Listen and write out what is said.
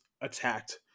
attacked